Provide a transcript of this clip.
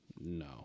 no